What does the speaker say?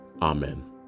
Amen